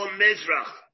mizrach